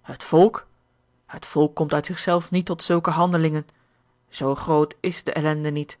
het volk komt uit zichzelf niet tot zulke handelingen zoo groot is de ellende niet